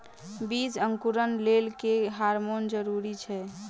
बीज अंकुरण लेल केँ हार्मोन जरूरी छै?